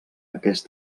aquest